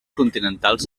continentals